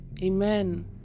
Amen